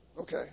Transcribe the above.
Okay